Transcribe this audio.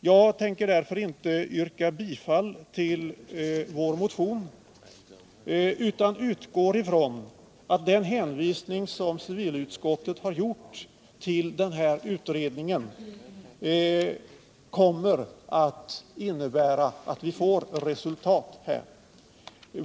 Jag tänker därför inte yrka bifall till vår motion utan utgår från att den hänvisning som civilutskottet har gjort till denna utredning kommer att innebära att vi får resultat.